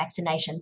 vaccinations